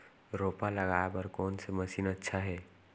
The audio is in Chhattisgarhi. रोपा लगाय बर कोन से मशीन अच्छा हे?